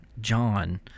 John